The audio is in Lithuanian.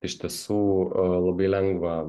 iš tiesų a labai lengva